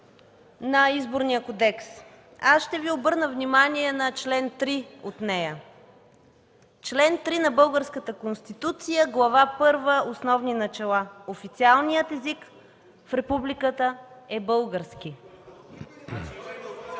на Изборния кодекс, аз ще Ви обърна внимание на чл. 3 от нея. Член 3 на Българската конституция, Глава първа „Основни начала”: „Официалният език в републиката е български”.